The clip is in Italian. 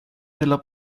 della